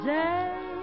day